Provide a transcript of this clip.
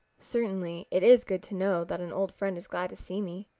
certainly, it is good to know that an old friend is glad to see me.